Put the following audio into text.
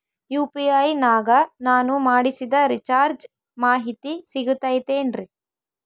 UPI ನಾಗ ನಾನು ಮಾಡಿಸಿದ ರಿಚಾರ್ಜ್ ಮಾಹಿತಿ ಸಿಗುತೈತೇನ್ರಿ?